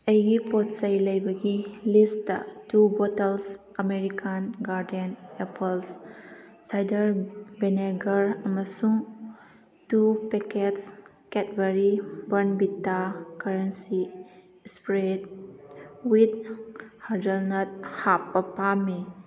ꯑꯩꯒꯤ ꯄꯣꯠ ꯆꯩ ꯂꯩꯕꯒꯤ list two bottles American Garden apples cider vinegar ꯑꯃꯁꯨꯡ two packets Cadbury Bournvita crunchy spread with hazelnut ꯍꯥꯞꯄ ꯄꯥꯝꯃꯤ